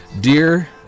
Dear